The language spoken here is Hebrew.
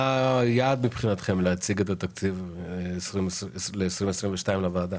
מה היעד מבחינתכם להציג את התקציב ל-2022 לוועדה?